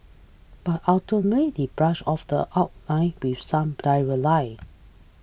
but ultimately they brush off the outline with some diarrhoea lie